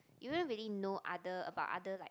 you don't really know other about other like